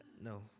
No